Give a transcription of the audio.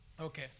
Okay